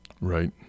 right